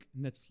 netflix